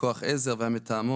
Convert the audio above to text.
כוח עזר והמתאמות,